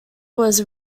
was